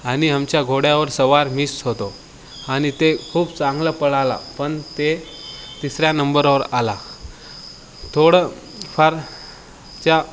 आणि आमच्या घोड्यावर सवार मीच होतो आणि ते खूप चांगलं पळाला पण ते तिसऱ्या नंबरवर आला थोडं फार त्या